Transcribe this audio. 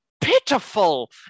pitiful